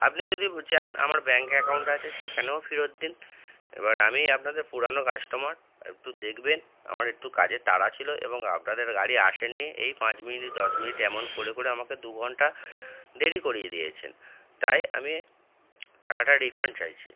আপনি যদি চান আমার ব্যাঙ্ক অ্যাকাউন্ট আছে সেখানেও ফেরত দিন এবার আমি আপনাদের পুরানো কাস্টমার একটু দেখবেন আমার একটু কাজের তাড়া ছিলো এবং আপনাদের গাড়ি আসেন নি এই পাঁচ মিনিট দশ মিনিট এমন করে করে আমাকে দু ঘন্টা দেরি করিয়ে দিয়েছেন তাই আমি টাকাটা রিফান্ড চাইছি